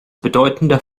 bedeutender